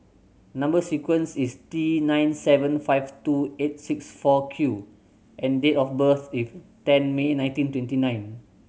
number sequence is T nine seven five two eight six four Q and date of birth is ten May nineteen twenty nine